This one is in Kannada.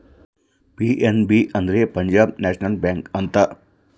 ಪಿ.ಎನ್.ಬಿ ಅಂದ್ರೆ ಪಂಜಾಬ್ ನೇಷನಲ್ ಬ್ಯಾಂಕ್ ಅಂತ